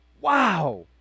Wow